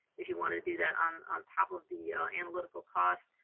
if you want to do that, on on top of the analytical costs.